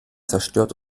zerstört